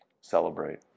celebrate